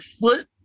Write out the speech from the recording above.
foot